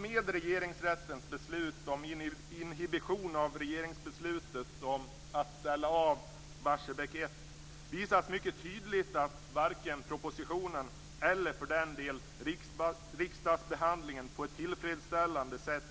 Med Regeringsrättens beslut om inhibition av regeringsbeslutet om att ställa av Barsebäck 1 visas mycket tydligt att varken propositionen eller för den delen riksdagsbehandlingen på ett tillfredsställande sätt